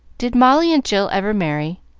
did molly and jill ever marry?